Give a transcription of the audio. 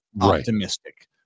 optimistic